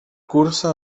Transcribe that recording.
cursa